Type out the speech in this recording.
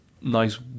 nice